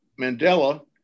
Mandela